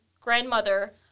grandmother